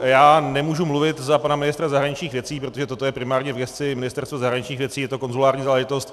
Já nemůžu mluvit za pana ministra zahraničních věcí, protože toto je primárně v gesci Ministerstva zahraničních věcí, je to konzulární záležitost.